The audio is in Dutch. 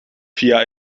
via